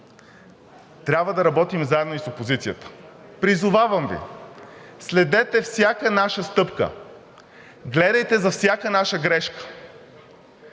Трябва да работим заедно и с опозицията. Призовавам Ви! Следете всяка наша стъпка, гледайте за всяка наша грешка!